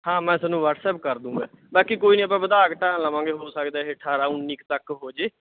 ਹਾਂ ਮੈਂ ਤੁਹਾਨੂੰ ਵਟਸਐਪ ਕਰ ਦੇਵਾਂਗਾ ਬਾਕੀ ਕੋਈ ਨਹੀਂ ਆਪਾਂ ਵਧਾ ਘਟਾ ਲਵਾਂਗੇ ਹੋ ਸਕਦਾ ਇਹ ਅਠਾਰਾਂ ਉੱਨੀ ਕੁ ਤੱਕ ਹੋਜੇ